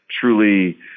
truly